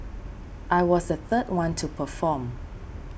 I was the third one to perform